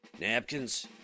Napkins